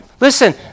Listen